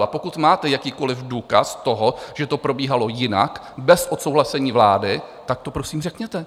A pokud máte jakýkoli důkaz toho, že to probíhalo jinak, bez odsouhlasení vlády, tak to prosím řekněte.